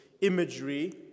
imagery